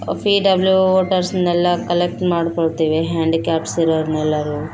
P W ವೋಟರ್ಸನೆಲ್ಲ collect ಮಾಡ್ಕೊಡ್ತೀವಿ handicaps ಇರೋರ್ನ ಎಲ್ಲಾರು